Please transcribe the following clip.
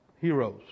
heroes